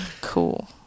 Cool